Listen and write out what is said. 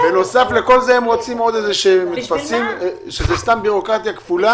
בנוסף, הם רוצים עוד טפסים, שזה בירוקרטיה כפולה.